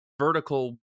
Vertical